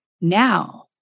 now